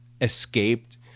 escaped